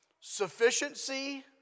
Sufficiency